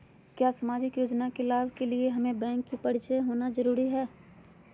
क्या सामाजिक योजना के लाभ के लिए हमें बैंक से परिचय होना जरूरी है?